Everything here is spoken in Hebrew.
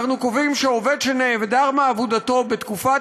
אנחנו קובעים שעובד שנעדר מעבודתו בתקופת